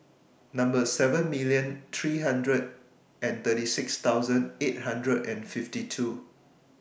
seven million three hundred and thirty six thousand eight hundred and fifty two